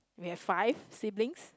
we have five siblings